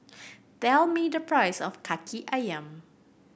tell me the price of Kaki Ayam